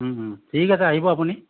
ঠিক আছে আহিব আপুনি